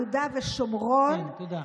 תודה.